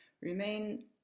remain